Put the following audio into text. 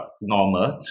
normal